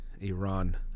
Iran